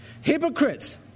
Hypocrites